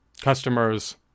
Customers